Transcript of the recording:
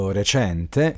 recente